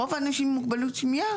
רוב האנשים עם מוגבלות שמיעה,